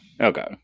Okay